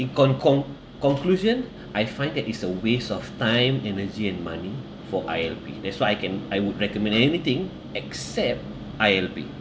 con~ com~ conclusion I find that it's a waste of time energy and money for I_L_P that's why I can I would recommend anything except I_L_P